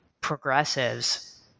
progressives